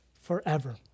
forever